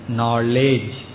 Knowledge